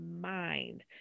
mind